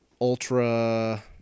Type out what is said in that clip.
ultra